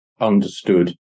understood